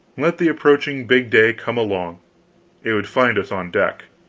let the approaching big day come along it would find us on deck.